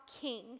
king